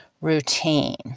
routine